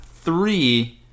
three